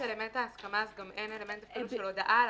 אם אין הסכמה, גם אין אלמנט של הודעה עליו.